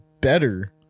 better